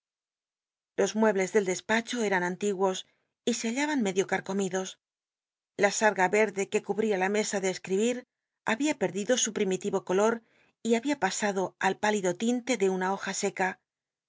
los muebles del despacho ctan antiguos y se hallaban medio carcomidos la sarga verde que cubría la mesa de escribir babia rlido su primitilo color y babia pasado al pálido tinte de hoja seca